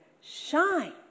shine